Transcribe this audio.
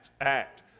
act